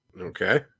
Okay